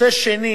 נושא שני